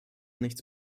nichts